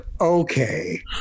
okay